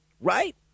Right